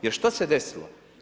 Jer što se desilo?